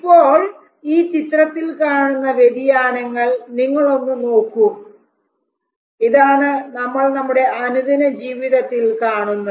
ഇപ്പോൾ ഈ ചിത്രത്തിൽ കാണുന്ന വ്യതിയാനങ്ങൾ നിങ്ങൾ ഒന്നു നോക്കൂ ഇതാണ് നമ്മൾ നമ്മുടെ അനുദിനജീവിതത്തിൽ കാണുന്നത്